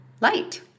light